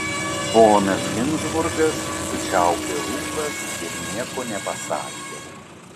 ponas ginzburgas sučiaupė lūpas ir nieko nepasakė